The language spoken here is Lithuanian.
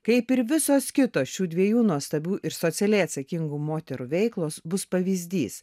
kaip ir visos kitos šių dviejų nuostabių ir socialiai atsakingų moterų veiklos bus pavyzdys